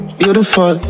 beautiful